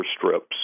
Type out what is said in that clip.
strips